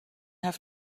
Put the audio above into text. have